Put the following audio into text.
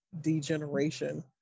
degeneration